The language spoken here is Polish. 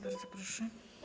Bardzo proszę.